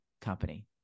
Company